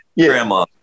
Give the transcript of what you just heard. grandma